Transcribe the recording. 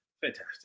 Fantastic